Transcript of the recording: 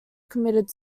committed